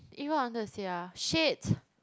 eh what I wanted to say ah shit